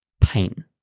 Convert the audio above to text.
pain